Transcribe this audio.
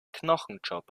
knochenjob